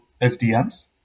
SDMs